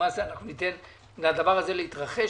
שאנחנו ניתן לדבר הזה להתרחש,